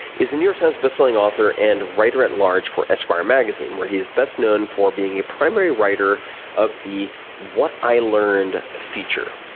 is a new york times best selling author and writer at large for esquire magazine, where he's best known for being a primary writer of the what i learned feature.